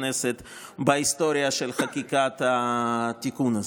כנסת בהיסטוריה של חקיקת התיקון הזה.